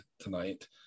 tonight